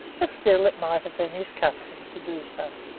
but still it might have been his custom to do so